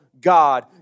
God